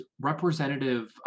representative